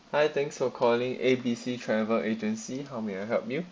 hi thanks for calling A B C travel agency how may I help you